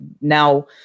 now